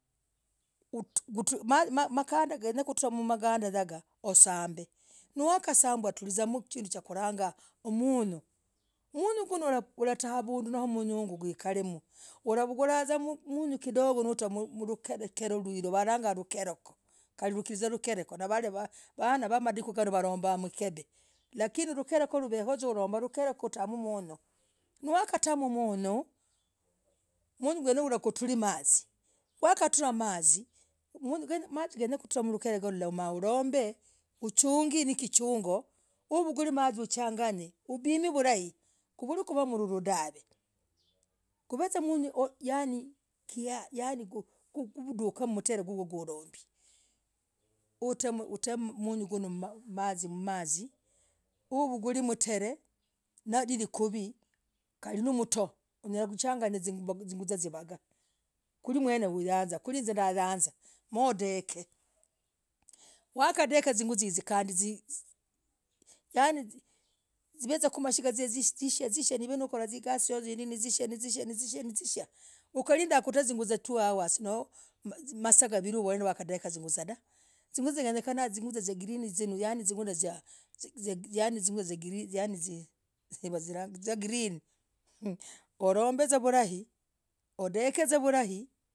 Nzikamara. kushiyagavaa. mtree. higuu. kalinovenituveree. yani, fresh. uzukemoo. hiyo inaonyesha. mifupah, zizoo zimemmbirii. gugwo, suranyarakuu, kinduu. kurangangaaa. mwikizunguu, anteraitce mwikizunguu dahv huramenya miigaa minyingi sana. kukiranzah, zuguzah. zilombwii. namavel vulai. kwahivyo, zuguzah zaa kyenyeji. nizindai. no. lombi. mwinzira yakwenyenah. noromba, lakini wamadiku nganooh ziwalombaa, zuguzah viakekana, dahv. walombah. mwizirakenyakenah dahvee. walivakal walombah zuguzah hiziii kulondekena. kwewagizwaga. namavulivyavo. ma. zivazuguzah. zindai. kuvita zuguzah zamadikuu. ganoo, zamadikuu ganoo zikaragwavuzaa. namagutaa, kaveeku huroravaduu navalwalah, vilenge. vilwalah, kindikii vilwalah chigirah valondah dahvee. walondah, izirah zalombaah, zuguzah. zinoo, dahvee. ku. kuramazirah, zuguzah zindai. kulindolah. kumbirikwange. kwiritumira. hisuzaa. no. mtree. ndakuvarah, kuliziidekwa.